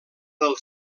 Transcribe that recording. del